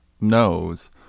knows